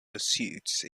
pursuits